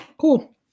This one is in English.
Cool